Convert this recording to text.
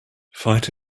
fight